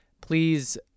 please